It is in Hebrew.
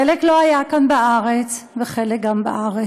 אצל חלק זה לא היה כאן בארץ ואצל חלק גם בארץ.